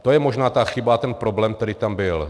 To je možná ta chyba a ten problém, který tam byl.